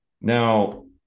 Now